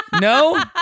No